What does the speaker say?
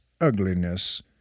ugliness